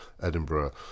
Edinburgh